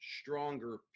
stronger